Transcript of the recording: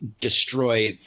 destroy